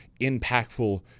impactful